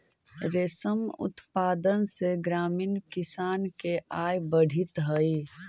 रेशम उत्पादन से ग्रामीण किसान के आय बढ़ित हइ